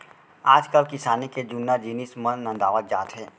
आजकाल किसानी के जुन्ना जिनिस मन नंदावत जात हें